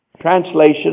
translation